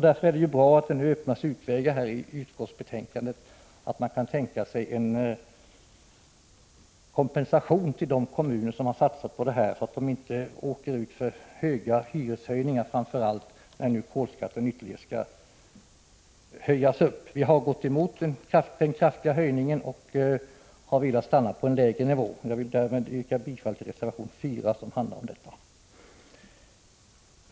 Därför är det bra att det nu öppnas vägar för att kompensera de kommuner som har satsat på kolverk, så att de inte måste tillgripa stora hyreshöjningar när nu kolskatten skall öka ytterligare. Vi har gått emot den kraftiga höjningen och velat stanna på en lägre nivå. Jag vill därmed yrka bifall till reservation 4. Även